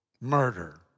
Murder